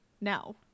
now